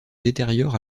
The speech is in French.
détériore